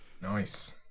nice